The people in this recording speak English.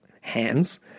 hands